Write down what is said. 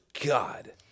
God